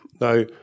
Now